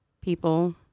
people